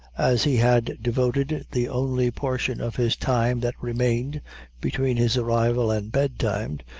as he had devoted the only portion of his time that remained between his arrival and bed-time,